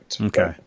Okay